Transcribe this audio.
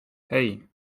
hey